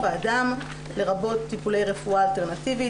האדם לרבות טיפולי רפואה אלטרנטיבית,